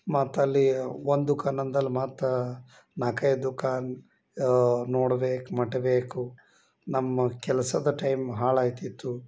ಮತ್ತೆ ಅಲ್ಲಿ ಒಂದಕ್ಕೆ ದುಖಾನಂದಲ್ಲಿ ಮತ್ತೆ ನಾಲ್ಕೈದು ದುಖಾನು ನೋಡ್ಬೇಕು ಮಟ್ಬೇಕು ನಮ್ಮ ಕೆಲಸದ ಟೈಮ್ ಹಾಳಾಗ್ತಿತ್ತು